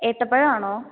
ഏത്ത പഴം ആണോ